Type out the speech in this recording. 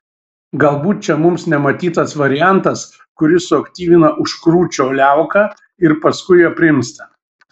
galbūt čia mums nematytas variantas kuris suaktyvina užkrūčio liauką ir paskui aprimsta